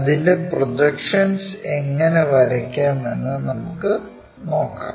അതിന്റെ പ്രോജെക്ഷൻസ് എങ്ങനെ വരക്കാം എന്ന് നമുക്ക് നോക്കാം